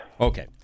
Okay